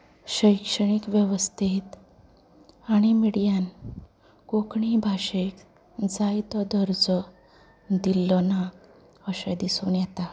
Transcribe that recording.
शिक्षणीक वेवस्थेंत आनी मिडियान कोंकणी भाशेक जाय तो दर्जो दिल्लो ना अशें दिसून येता